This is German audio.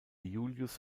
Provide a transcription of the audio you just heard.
julius